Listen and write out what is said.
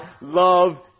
love